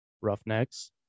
Roughnecks